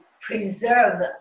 preserve